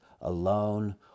alone